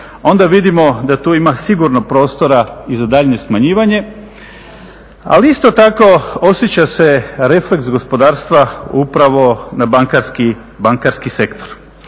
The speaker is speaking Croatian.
onda vidimo da tu ima sigurno prostora i za daljnje smanjivanje, ali isto tako osjeća se refleks gospodarstva upravo na bankarski sektor.